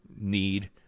need